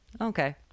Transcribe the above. Okay